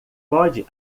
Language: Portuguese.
pode